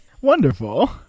Wonderful